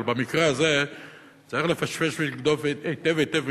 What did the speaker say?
אבל במקרה הזה צריך לפשפש ולבדוק היטב היטב,